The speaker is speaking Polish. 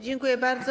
Dziękuję bardzo.